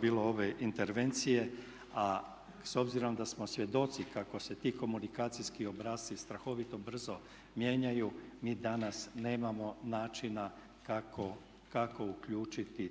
bilo ove intervencije, a s obzirom da smo svjedoci kako se ti komunikacijski obrasci strahovito brzo mijenjaju mi danas nemamo načina kako uključiti